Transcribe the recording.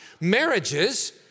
Marriages